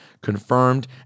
confirmed